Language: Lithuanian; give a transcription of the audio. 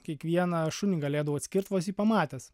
kiekvieną šunį galėdavau atskirt vos jį pamatęs